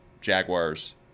Jaguars